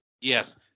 Yes